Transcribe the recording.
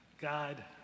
God